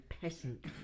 peasant